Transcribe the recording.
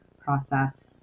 process